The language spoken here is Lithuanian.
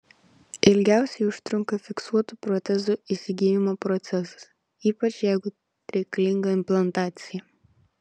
ilgiausiai užtrunka fiksuotų protezų įsigijimo procesas ypač jeigu reikalinga implantacija